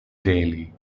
daily